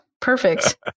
Perfect